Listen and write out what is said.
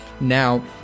Now